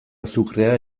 azukrea